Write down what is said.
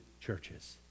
churches